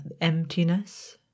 emptiness